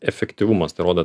efektyvumas tai rodo